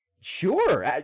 Sure